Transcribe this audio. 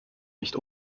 nicht